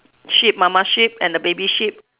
sheep mama sheep and the baby sheep